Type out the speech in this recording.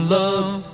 love